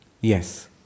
Yes